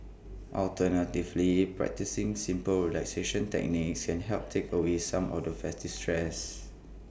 alternatively practising simple relaxation techniques can help take away some of the festive stress